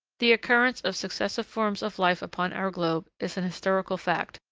the occurrence of successive forms of life upon our globe is an historical fact,